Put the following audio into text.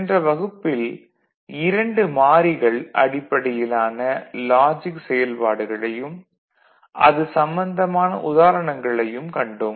சென்ற வகுப்பில் இரண்டு மாறிகள் அடிப்படையிலான லாஜிக் செயல்பாடுகளையும் அது சம்பந்தமான உதாரணங்களையும் கண்டோம்